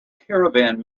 caravan